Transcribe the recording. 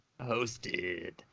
Hosted